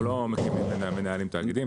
אנחנו לא מנהלים תאגידים.